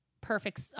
perfect